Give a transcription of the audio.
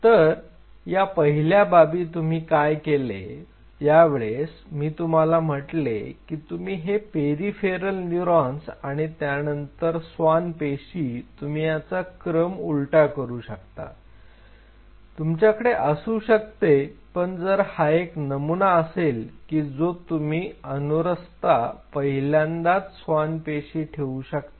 तर या पहिल्या बाबी तुम्ही काय केले ज्या वेळेस मी तुम्हाला म्हटले की तुम्ही हे पेरिफेरल न्यूरॉन्स आणि त्यानंतर स्वान पेशी तुम्ही याचा क्रम उलटा करू शकता तुमच्याकडे असू शकते पण जर हा एक नमुना असेल की जो तुम्ही अनुसरता पहिल्यांदाच स्वान पेशी ठेऊ शकता